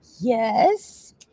Yes